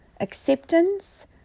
acceptance